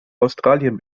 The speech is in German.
australien